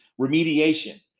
remediation